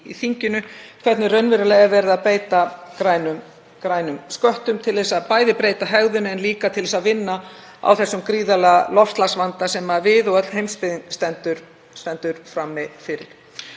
þinginu, hvernig raunverulega er verið að beita grænum sköttum til að breyta hegðun en líka til að vinna á þeim gríðarlega loftslagsvanda sem við og öll heimsbyggðin stendur frammi fyrir.